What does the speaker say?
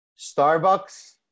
Starbucks